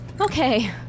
Okay